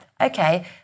Okay